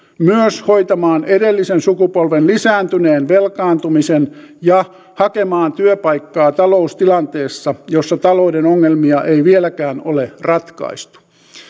myös hoitamaan edellisen sukupolven lisääntyneen velkaantumisen ja hakemaan työpaikkaa taloustilanteessa jossa talouden ongelmia ei vieläkään ole ratkaistu